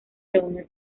reunió